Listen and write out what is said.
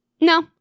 No